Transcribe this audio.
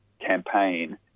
campaign